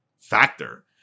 factor